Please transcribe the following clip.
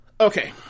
Okay